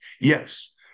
Yes